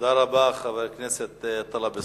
תודה רבה, חבר הכנסת טלב אלסאנע.